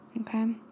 Okay